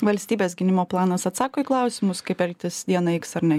valstybės gynimo planas atsako į klausimus kaip elgtis dieną iks ar ne